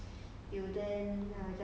can can ten million 可以 retire ah 可以可以